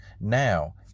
Now